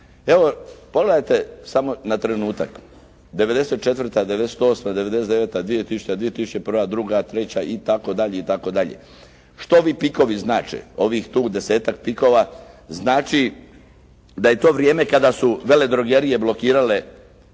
Evo, pogledajte samo na trenutak, 94., 98., 99., 2000., 2001., 2002., 2003., itd., itd., što ovi pikovi znače? Ovih tu 10-ak pikova znači da je to vrijeme kada su veledrogerije blokirale